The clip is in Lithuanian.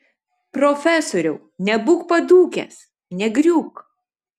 profesoriau nebūk padūkęs negriūk